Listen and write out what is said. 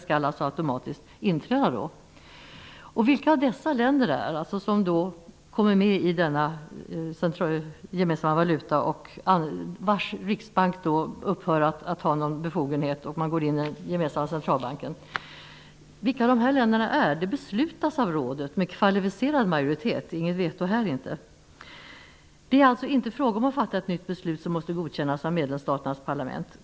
Vilka dessa länder är, som kommer med i denna gemensamma valuta och centralbank och vilkas riksbankers befogenhet upphör, beslutas av rådet med kvalificerad majoritet -- inget veto här inte! Det är alltså inte fråga om att fatta ett nytt beslut som måste godkännas av medlemsstaternas parlament.